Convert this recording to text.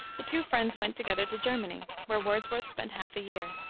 the two friends went together to germany, where wordsworth spent half a year.